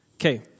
Okay